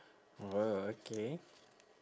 oh okay